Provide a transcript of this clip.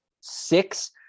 six